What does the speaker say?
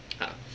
ah